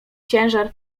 ciężar